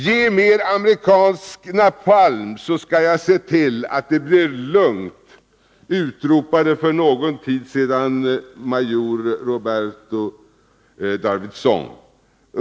Ge mig mer amerikansk napalm så skall jag se till att det blir lugnt, utropade för någon tid sedan major Roberto d”Aubuisson.